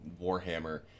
Warhammer